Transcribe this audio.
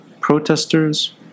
protesters